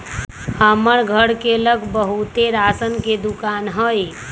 हमर घर के लग बहुते राशन के दोकान हई